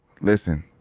Listen